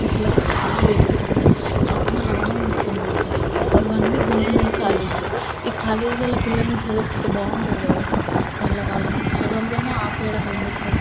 పిల్లలకు చాలా బెనిఫిట్ ఉండే చానా లాభం ఉంటదనమాట ఇ ఇవన్నీ గవర్నమెంట్ కాలేజీలే ఈ కాలేజీలలో పిల్లల్ని చదివిస్తే బాగుంటుంది కదా మళ్ళీ వాళ్ళని సగంలోనే ఆపేయ్యడం ఎందుకు